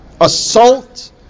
assault